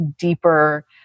deeper